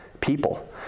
people